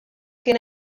kien